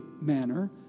manner